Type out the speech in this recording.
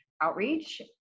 outreach